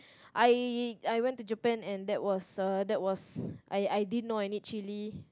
I I went to Japan and that was that was I didn't know I need chilli